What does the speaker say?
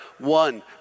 one